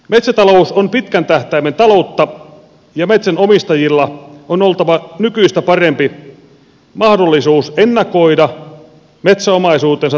metsätalous on pitkän tähtäimen taloutta ja metsänomistajilla on oltava nykyistä parempi mahdollisuus ennakoida metsäomaisuutensa taloudellista hyödyntämistä